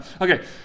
okay